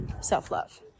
self-love